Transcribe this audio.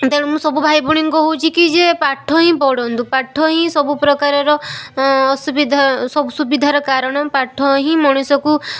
ତେଣୁ ମୁଁ ସବୁ ଭାଇ ଭଉଣୀଙ୍କୁ କହୁଛି ଯେ ପାଠ ହିଁ ପଡ଼ନ୍ତୁ ପାଠହିଁ ସବୁ ପ୍ରକାରର ଅସୁବିଧା ସବୁ ସୁବିଧାର କାରଣ ପାଠ ହିଁ ମଣିଷକୁ